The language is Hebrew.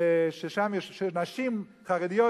שנשים חרדיות,